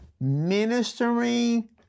ministering